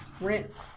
rinse